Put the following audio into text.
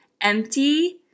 empty